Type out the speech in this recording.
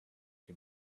can